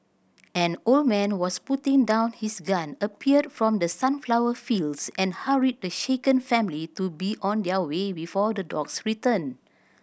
an old man was putting down his gun appeared from the sunflower fields and hurried the shaken family to be on their way before the dogs return